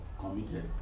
committed